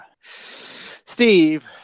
Steve